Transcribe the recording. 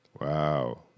wow